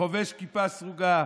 שחובש כיפה סרוגה,